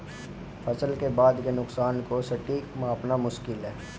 फसल के बाद के नुकसान को सटीक मापना मुश्किल है